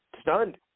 stunned